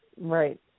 Right